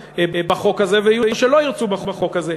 בחוק הזה ויהיו שלא ירצו בחוק הזה.